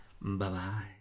Bye-bye